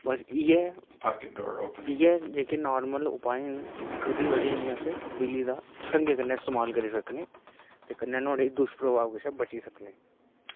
बस इयै इयै जेहके नाॅर्मल उपाए ना ओहदी बजह कन्नै अस बिजली दा ढंगे कन्नै इस्तेमाल करी सकने कन्ने नुआढ़े दुशप्रभाव कशा बच्ची सकने